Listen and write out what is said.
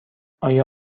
آیا